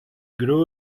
grew